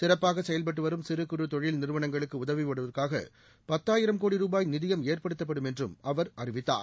சிறப்பாக செயல்பட்டு வரும் சிறு குறு தொழில் நிறுவனங்களுக்கு உதவிடுவதற்காக பத்தாயிரம் கோடி ரூபாய் நிதியம் ஏற்படுத்தப்படும் என்றும் அவர் அறிவித்தார்